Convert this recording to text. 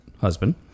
Husband